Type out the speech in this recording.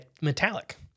metallic